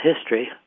history